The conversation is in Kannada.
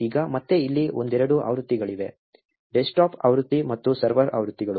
ಈಗ ಮತ್ತೆ ಇಲ್ಲಿ ಒಂದೆರಡು ಆವೃತ್ತಿಗಳಿವೆ ಡೆಸ್ಕ್ಟಾಪ್ ಆವೃತ್ತಿ ಮತ್ತು ಸರ್ವರ್ ಆವೃತ್ತಿಗಳು